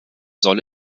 soll